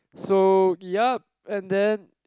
so yup and then